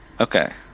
Okay